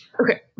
okay